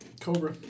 Cobra